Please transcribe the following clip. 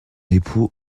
époux